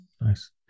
Nice